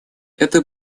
это